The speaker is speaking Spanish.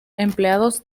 empleados